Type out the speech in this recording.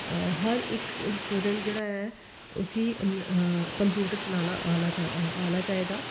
हर इक स्टूडेंट जेहड़ा ऐ उसी कम्पूयटर चलाना आना चाहिदा